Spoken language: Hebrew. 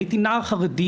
הייתי נער חרדי,